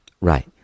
Right